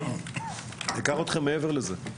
אקח אתכם מעבר לזה.